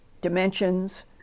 dimensions